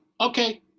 Okay